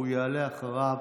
והוא יעלה אחריו